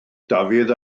dafydd